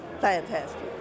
fantastic